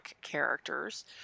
characters